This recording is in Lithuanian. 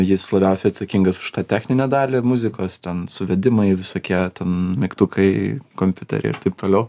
jis labiausiai atsakingas už tą techninę dalį muzikos ten suvedimai visokie ten mygtukai kompiutery ir taip toliau